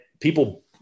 people